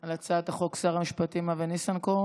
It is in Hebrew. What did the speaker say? על הצעת החוק שר המשפטים אבי ניסנקורן.